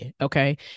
Okay